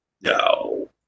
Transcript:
no